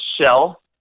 shell